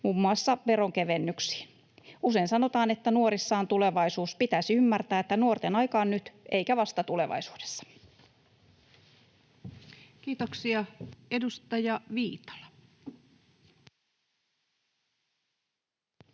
muun muassa veronkevennyksiin. Usein sanotaan, että nuorissa on tulevaisuus. Pitäisi ymmärtää, että nuorten aika on nyt eikä vasta tulevaisuudessa. [Speech 300] Speaker: